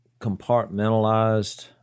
compartmentalized